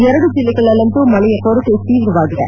ಎರಡು ಜಿಲ್ಲೆಗಳಲ್ಲಂತೂ ಮಳೆಯ ಕೊರತೆ ತೀವ್ರವಾಗಿದೆ